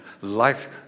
life